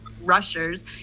rushers